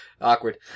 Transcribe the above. awkward